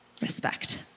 respect